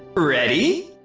ready?